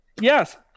yes